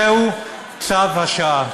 זה צו השעה.